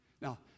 Now